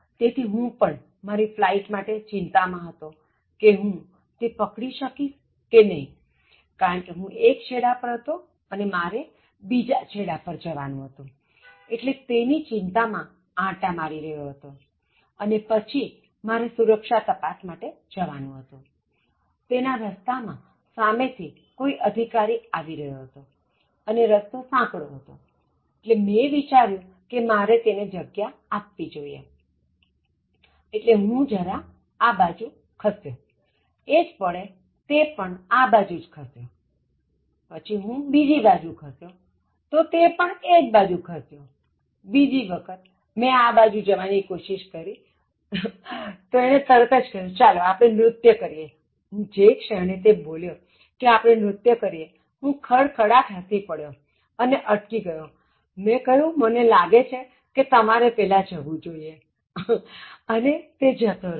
તેથીહું પણ મારી ફ્લાઇટ માટે ચિંતા માં હતો કે હું તે પકડી શકીશ કે નહી કારણકે હું એક છેડા પર હતો અને મારે બીજા છેડા પર જવાનું હતું એટલે તેની ચિંતા માં આંટા મારી રહ્યો હતો અને પછી મારે સુરક્ષા તપાસ માટે જવાનું હતું તેના રસ્તા માં સામેથી કોઇ અધિકારી આવી રહ્યો હતો અને રસ્તો સાંકડો હતો તેથી મેં વિચાર્યુ કે મારે તેને જગ્યા આપવી જોઇએ એટલે હું જરા આ બાજુ ખસ્યોએ જ પળે તે પણ આ બાજુ જ ખસ્યો પછી હું બીજી બાજુ ખસ્યો તો તે પણ એ જ બાજુ ખસ્યો બીજી વખત મેં આ બાજુ જવાની કોશિષ કરી તો એણે તરત જ કહ્યું ચાલો આપણે નૃત્ય કરીએ જે ક્ષણે તે બોલ્યો કે આપણે નૃત્ય કરીએ હું ખડખડાટ હસી પડયો અને અટકી ગયો મેં કહ્યું મને લાગે છે કે તમારે પહેલા જવું જોઇએ અને તે જતો રહ્યો